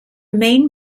main